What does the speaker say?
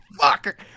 fuck